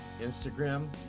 Instagram